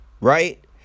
Right